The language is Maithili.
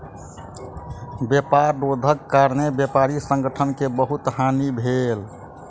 व्यापार रोधक कारणेँ व्यापारी संगठन के बहुत हानि भेल